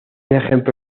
ejemplo